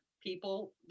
people